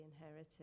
inherited